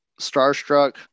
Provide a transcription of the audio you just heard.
starstruck